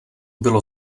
bylo